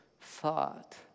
thought